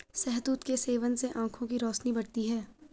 शहतूत के सेवन से आंखों की रोशनी बढ़ती है